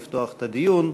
לפתוח את הדיון.